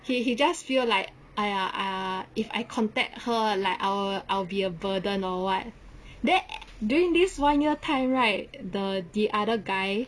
he he just feel like !aiya! ah if I contact her like I will I will be a burden or what then during this one year time right the the other guy